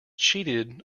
cheated